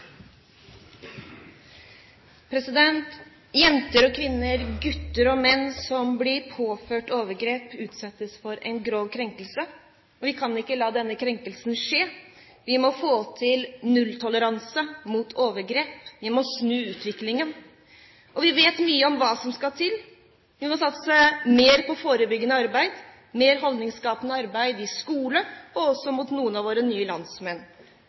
Jenter og kvinner, gutter og menn som blir påført overgrep, utsettes for en grov krenkelse. Vi kan ikke la denne krenkelsen skje, vi må få til nulltoleranse mot overgrep. Vi må snu utviklingen, og vi vet mye om hva som skal til. Vi må satse mer på forebyggende arbeid, mer på holdningsskapende arbeid i skolen og også rettet mot noen av våre nye landsmenn.